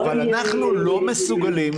אבל אנחנו לא מסוגלים,